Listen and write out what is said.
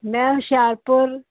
ਮੈਂ ਹੁਸ਼ਿਆਰਪੁਰ